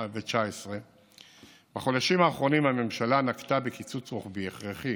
2019. בחודשים האחרונים הממשלה נקטה קיצוץ רוחבי הכרחי